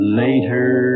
later